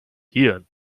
hirn